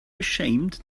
ashamed